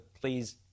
please